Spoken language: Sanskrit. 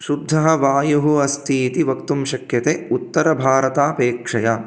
शुद्धः वायुः अस्तीति वक्तुं शक्यते उत्तरभारतापेक्षया